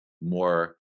more